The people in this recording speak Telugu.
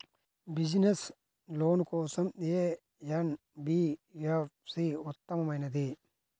బిజినెస్స్ లోన్ కోసం ఏ ఎన్.బీ.ఎఫ్.సి ఉత్తమమైనది?